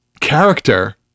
character